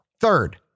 Third